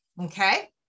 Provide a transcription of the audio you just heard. Okay